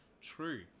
true